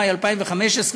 מאי 2015,